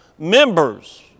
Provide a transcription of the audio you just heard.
Members